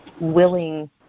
willing